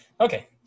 Okay